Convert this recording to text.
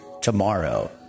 tomorrow